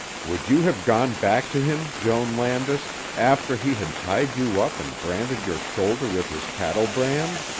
would you have gone back to him, joan landis, after he had tied you up and branded your shoulder with his cattlebrand?